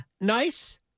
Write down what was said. nice